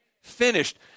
finished